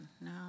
No